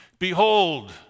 Behold